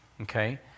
okay